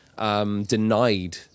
denied